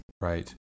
right